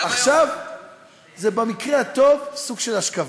זה במקרה הטוב סוג של אשכבה.